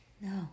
No